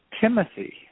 Timothy